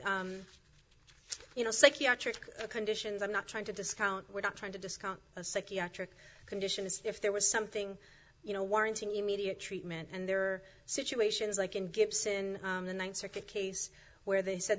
media you know psychiatric conditions i'm not trying to discount we're not trying to discount a psychiatric condition if there was something you know warranted you media treatment and there are situations like in gibson in the ninth circuit case where they said